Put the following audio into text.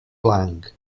blanc